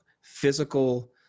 physical